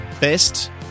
best